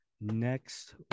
next